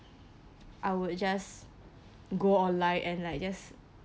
I would just go online and like just